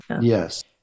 Yes